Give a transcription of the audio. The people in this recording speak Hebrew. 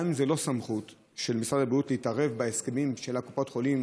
גם אם זו לא סמכות של משרד הבריאות להתערב בהסכמים של קופות החולים,